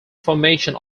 formation